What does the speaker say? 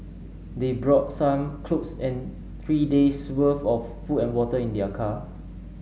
they brought some clothes and three days'worth of food and water in their car